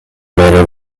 later